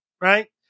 Right